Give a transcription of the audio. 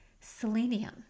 Selenium